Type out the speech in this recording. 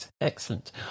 excellent